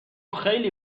خیلی